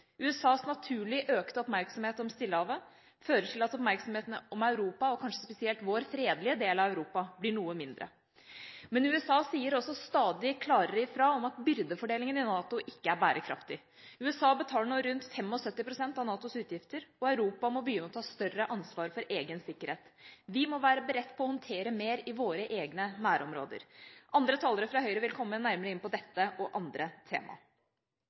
USAs naturlig økte oppmerksomhet om Stillehavet fører til at oppmerksomheten om Europa – og kanskje spesielt vår fredelige del av Europa – blir noe mindre. Men USA sier også stadig klarere fra om at byrdefordelingen i NATO ikke er bærekraftig. USA betaler nå rundt 75 pst. av NATOs utgifter, og Europa må begynne å ta et større ansvar for egen sikkerhet. Vi må være beredt på å håndtere mer i våre egne nærområder. Andre talere fra Høyre vil komme nærmere inn på dette og andre tema.